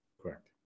Correct